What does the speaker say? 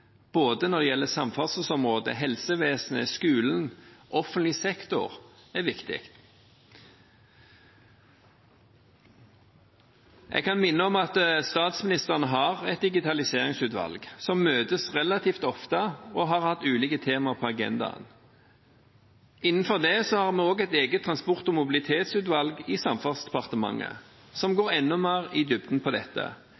både samferdselsområdet, helsevesenet, skolen og offentlig sektor, er viktig. Jeg kan minne om at statsministeren har et digitaliseringsutvalg som møtes relativt ofte og har hatt ulike temaer på agendaen. Innenfor det har vi også et eget transport- og mobilitetsutvalg i Samferdselsdepartementet, som